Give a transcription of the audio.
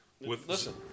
Listen